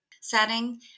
setting